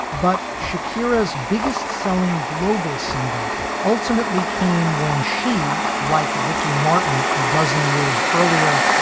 but shakira's biggest selling global single ultimately came when she, like ricky martin a dozen years earlier,